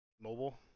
Mobile